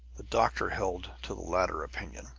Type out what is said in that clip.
the doctor held to the latter opinion,